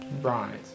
right